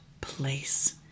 place